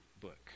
book